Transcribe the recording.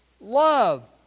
love